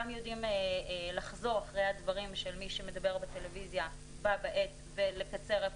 יודעים לחזור אחרי הדברים של מי שמדבר בטלוויזיה בה בעת ולקצר איפה